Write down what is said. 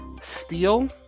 Steel